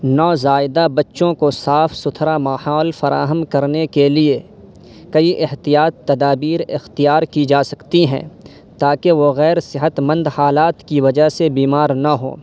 نوزائدہ بچوں کو صاف ستھرا ماحول فراہم کرنے کے لیے کئی احتیاطی تدابیر اختیار کی جا سکتی ہیں تاکہ وہ غیرصحتمند حالات کی وجہ سے بیمار نہ ہوں